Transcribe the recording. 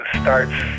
starts